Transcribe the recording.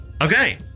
okay